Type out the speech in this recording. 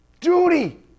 duty